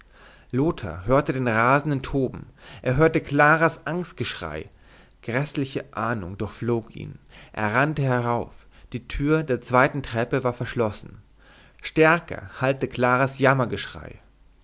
lothar hörte den rasenden toben er hörte claras angstgeschrei gräßliche ahnung durchflog ihn er rannte herauf die tür der zweiten treppe war verschlossen stärker hallte claras